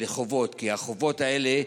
בחובות, כי החובות האלה,